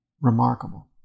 remarkable